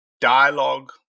dialogue